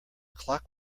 clock